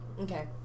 Okay